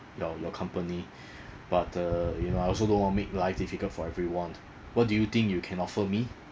your your company but uh you know I also don't want make life difficult for everyone what do you think you can offer me